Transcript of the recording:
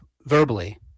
verbally